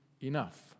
Enough